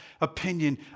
opinion